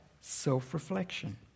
self-reflection